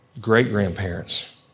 great-grandparents